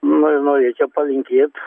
nu ir norėčiau palinkėt